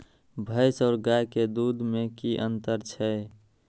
भैस और गाय के दूध में कि अंतर छै?